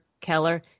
Keller